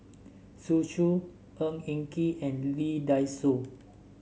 Zhu Xu Ng Eng Kee and Lee Dai Soh